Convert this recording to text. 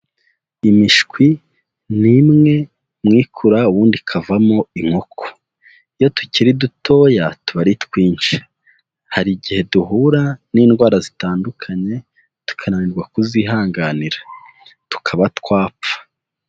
Imishwi ni imwe mu iikura ubundi ikavamo inkoko, iyo tukiri dutoya tubari twinshi, hari igihe duhura n'indwara zitandukanye tukananirwa kuzihanganira tukaba twapfa.